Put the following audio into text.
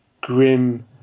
grim